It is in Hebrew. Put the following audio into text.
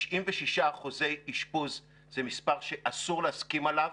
96% אשפוז זה מספר שאסור להסכים עליו,